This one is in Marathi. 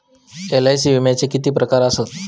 एल.आय.सी विम्याचे किती प्रकार आसत?